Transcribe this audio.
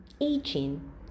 aging